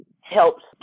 helps